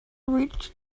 reached